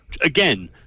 again